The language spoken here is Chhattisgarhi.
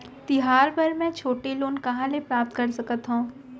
तिहार बर मै छोटे लोन कहाँ ले प्राप्त कर सकत हव?